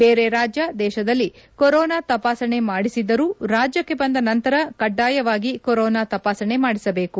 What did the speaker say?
ಬೇರೆ ರಾಜ್ಯ ದೇಶದಲ್ಲಿ ಕೊರೊನಾ ತಪಾಸಣೆ ಮಾಡಿಸಿದ್ದರೂ ರಾಜ್ಯಕ್ಷೆ ಬಂದ ನಂತರ ಕಡ್ಡಾಯವಾಗಿ ಕೊರೊನಾ ತಪಾಸಣೆ ಮಾಡಿಸಬೇಕು